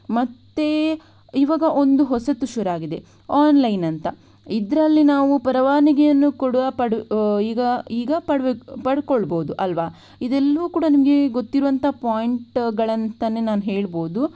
ಮತ್ತು ಈವಾಗ ಒಂದು ಹೊಸತು ಶುರುವಾಗಿದೆ ಆನ್ಲೈನ್ ಅಂತ ಇದರಲ್ಲಿ ನಾವು ಪರವಾನಗಿಯನ್ನು ಕೊಡುವ ಪಡು ಈಗ ಈಗ ಪಡ್ಕೊಳ್ಬಹುದು ಅಲ್ವಾ ಇದೆಲ್ಲವೂ ಕೂಡ ನಿಮಗೆ ಗೊತ್ತಿರುವಂತಹ ಪಾಯಿಂಟ್ಗಳಂತಲೇ ನಾನು ಹೇಳಬಹುದು